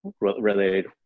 related